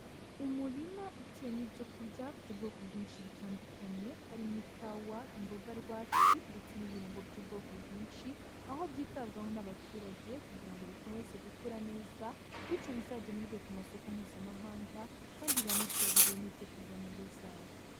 Umurima uteyemo ibyo kurya by'ubwoko bwinshi butandukanye harimo ikawa, imboga rwatsi ndetse n'ibirungo by'ubwoko bwinshi, aho byitabwaho n'abaturage kugira ngo bikomeze gukura neza, bityo bizagemurwe ku masoko Mpuzamahanga kandi banisagurire n'ibyo kurya mu ngo zabo.